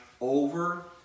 over